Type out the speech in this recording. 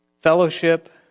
Fellowship